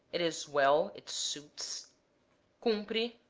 it is well, it suits cumpre,